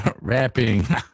Rapping